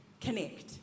connect